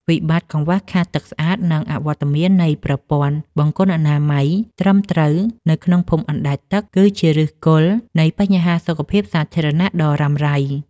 វិបត្តិកង្វះខាតទឹកស្អាត និងអវត្តមាននៃប្រព័ន្ធបង្គន់អនាម័យត្រឹមត្រូវនៅក្នុងភូមិអណ្តែតទឹក គឺជាឫសគល់នៃបញ្ហាសុខភាពសាធារណៈដ៏រ៉ាំរ៉ៃ។